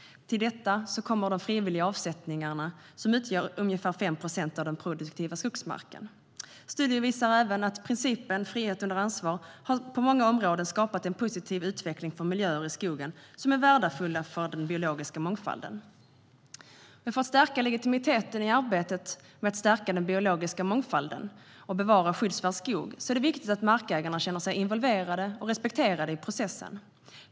Till detta kommer de frivilliga avsättningarna, som utgör ungefär 5 procent av den produktiva skogsmarken. Studien visar även att principen frihet under ansvar på många områden har skapat en positiv utveckling för miljöer i skogen som är värdefulla för den biologiska mångfalden. För att främja legitimiteten i arbetet med att stärka den biologiska mångfalden och bevara skyddsvärd skog är det viktigt att markägarna känner sig involverade och respekterade i processen.